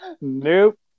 Nope